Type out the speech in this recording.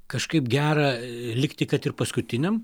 kažkaip gera likti kad ir paskutiniam